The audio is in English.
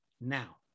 now